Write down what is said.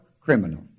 criminal